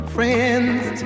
Friends